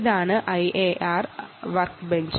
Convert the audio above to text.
ഇതാണ് IAR workbench